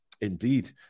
Indeed